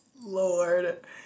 Lord